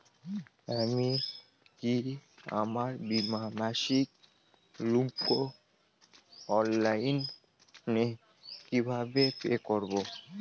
আমি কি আমার বীমার মাসিক শুল্ক অনলাইনে কিভাবে পে করব?